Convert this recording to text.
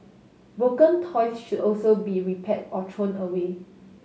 broken toys should also be repaired or thrown away